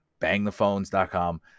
bangthephones.com